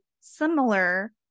similar